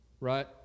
right